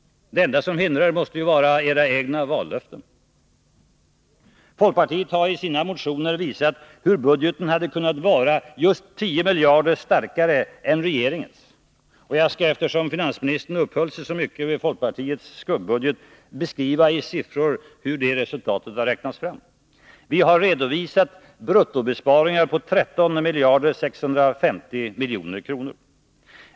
Det enda som hindrar er måste vara era egna vallöften. Folkpartiet har i sina motioner visat hur budgeten hade kunnat vara 10 miljarder kronor starkare än regeringens. Jag skall, eftersom finansministern uppehöll sig så mycket vid folkpartiets skuggbudget, beskriva i siffror hur det resultatet har räknats fram. Vi har redovisat bruttobesparingar på 13 650 milj.kr.